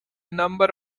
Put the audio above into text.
number